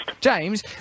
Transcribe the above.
James